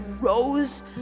rose